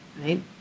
right